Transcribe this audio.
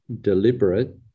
deliberate